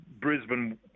Brisbane